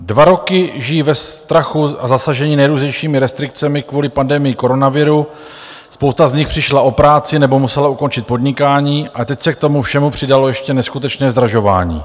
Dva roky žijí ve strachu a zasaženi nejrůznějšími restrikcemi kvůli pandemii koronaviru, spousta z nich přišla o práci nebo musela ukončit podnikání a teď se k tomu všemu přidalo ještě neskutečné zdražování.